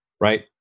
right